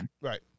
Right